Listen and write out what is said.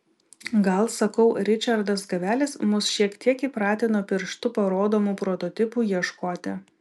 gal sakau ričardas gavelis mus šiek tiek įpratino pirštu parodomų prototipų ieškoti